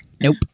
Nope